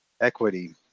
equity